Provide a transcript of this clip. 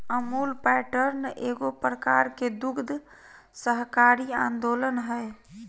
Amul pattern एगो प्रकार के दुग्ध सहकारी आन्दोलन हइ